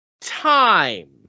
time